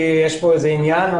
יש פה איזה עניין.